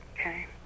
Okay